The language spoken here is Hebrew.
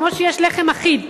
כמו שיש לחם אחיד,